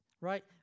right